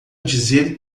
dizer